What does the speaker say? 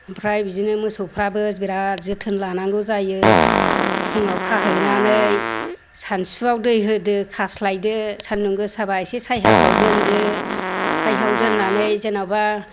ओमफ्राय बिदिनो मोसौफोराबो बिराद जोथोन लानांगौ जायो फुङाव खाहैनानै सानसुआव दै होदो खास्लायदो सान्दुं गोसाबा इसे सायाफ्राव दोनदो सायाआव दोननानै जेनेबा